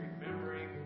remembering